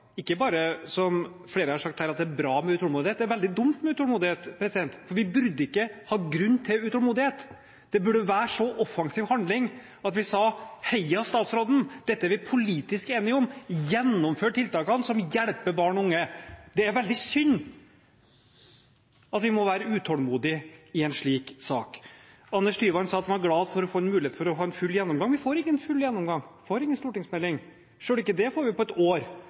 ikke bare, som flere har sagt her, bra med utålmodighet – det er veldig dumt med utålmodighet, vi burde ikke ha grunn til utålmodighet. Det burde være så offensiv handling at vi sa heia til statsråden – dette er vi politisk enige om, vi må gjennomføre tiltakene som hjelper barn og unge. Det er veldig synd at vi må være utålmodige i en slik sak. Anders Tyvand sa at han var glad for å få en mulighet til å ha en full gjennomgang. Vi får ingen full gjennomgang, vi får ingen stortingsmelding – ikke engang det får vi på ett år.